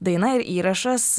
daina ir įrašas